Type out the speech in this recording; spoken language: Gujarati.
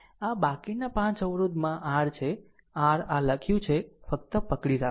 આમ બાકીના 5 અવરોધમાં r છે r આ લખ્યું છે ફક્ત પકડી રાખો